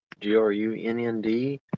g-r-u-n-n-d